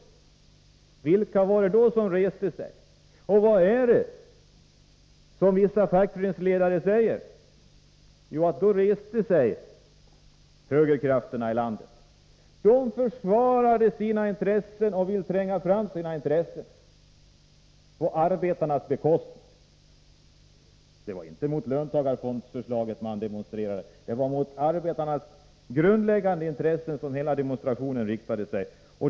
Vilka var det då som reste sig? Och vad är det vissa fackföreningsledare säger? Jo, att då reste sig högerkrafterna i landet. De försvarar sina intressen och vill flytta fram sina positioner på arbetarnas bekostnad. Det var inte mot löntagarfondsförslaget man demonstrerade, utan det var mot arbetarnas grundläggande intressen som hela demonstrationen riktade sig.